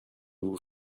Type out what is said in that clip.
vous